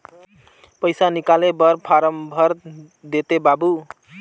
पइसा निकाले बर फारम भर देते बाबु?